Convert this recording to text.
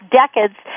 decades